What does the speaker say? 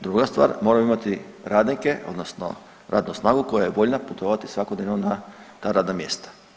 Druga stvar moramo imati radnike odnosno radnu snagu koja je voljna putovati svakodnevno na ta radna mjesta.